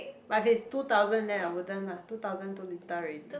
my face two thousand there I wouldn't lah two thousand two little already